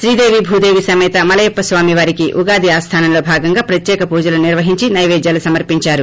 శ్రీదేవి భూదేవి సమేత మలయప్పస్వామి వారికి ఉగాది ఆస్థానంలో భాగంగా ప్రత్యేక పూజలు నిర్వహించి సైవేద్యాలు సమర్పించారు